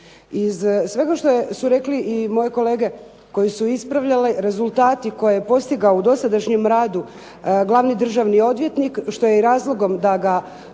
Iz svega što su rekli i moji kolege koji su ispravljali, rezultati koje je postigao u dosadašnjem radu glavni državni odvjetnik što je i razlogom da ga